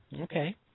Okay